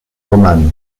oman